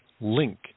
link